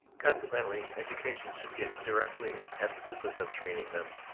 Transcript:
consequently education should get directly at the business of training them.